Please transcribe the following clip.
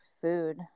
food